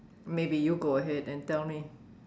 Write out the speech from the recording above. maybe you go ahead and tell me